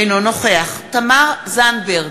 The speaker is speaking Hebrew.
אינו נוכח תמר זנדברג,